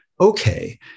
okay